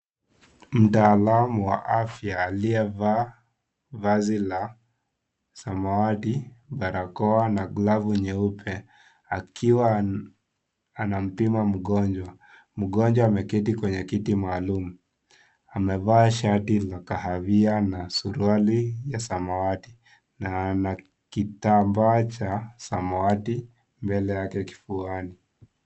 Mtaalamu wa afya aliyevaa vazi la samawati, barakoa na glavu nyeupe akiwa anampima mgonjwa , mgonjwa ameketi kwenye kiti maalum , amevaa koti ya kahawia na suruali ya samawati na kitambaa cha samawati mbele yake kifuani.